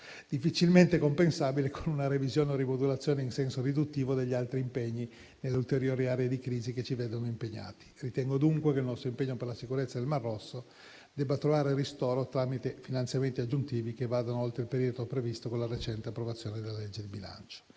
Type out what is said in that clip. difficilmente sarà compensabile con una revisione in senso riduttivo degli altri impegni nelle ulteriori aree di crisi che ci vedono impegnati. Ritengo dunque che il nostro impegno per la sicurezza del mar Rosso debba trovare ristoro tramite finanziamenti aggiuntivi che vadano oltre il periodo previsto con la recente approvazione della legge di bilancio.